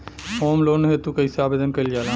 Home loan हेतु कइसे आवेदन कइल जाला?